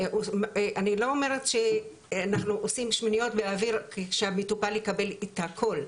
אני לא אומרת שאנחנו עושים שמיניות באוויר שהמטופל יקבל את הכל,